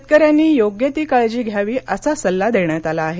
शेतकऱ्यांनी योग्य ती काळजी घ्यावी असा सल्ला देण्यात आला आहे